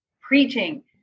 preaching